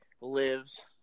lives